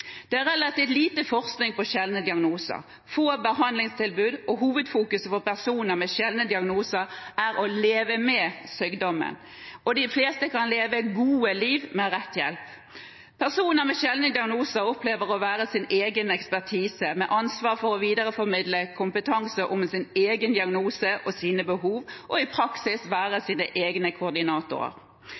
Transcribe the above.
Det er relativt lite forskning på sjeldne diagnoser, det er få behandlingstilbud, og hovedfokuset for personer med sjeldne diagnoser er å leve med sykdommen. De fleste kan leve et godt liv med rett hjelp. Personer med sjeldne diagnoser opplever å være sin egen ekspertise, med ansvar for å videreformidle kompetanse om sin egen diagnose og sine behov og i praksis være sine egne koordinatorer.